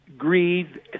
greed